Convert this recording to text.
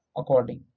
according